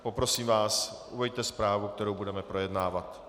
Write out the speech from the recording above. Poprosím vás, uveďte zprávu, kterou budeme projednávat.